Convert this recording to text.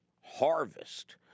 harvest